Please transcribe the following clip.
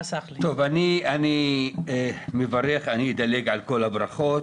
אני אדלג על הברכות.